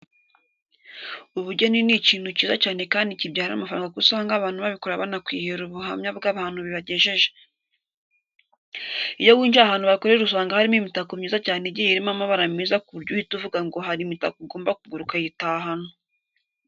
Ubugeni ni ikintu cyiza cyane kandi kibyara amafaranga kuko usanga abantu babikora banakwihera ubuhamya bw'ahantu bibagejeje. Iyo winjiye ahantu bakorera usanga harimo imitako myiza cyane igiye irimo amabara meza ku buryo uhita uvuga ngo hari imitako ugomba kugura ukayitahana.